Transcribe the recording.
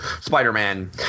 Spider-Man